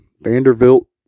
Vanderbilt